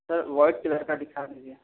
sir white colour का दिखा दीजिए